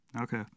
Okay